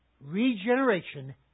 Regeneration